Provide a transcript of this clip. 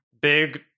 Big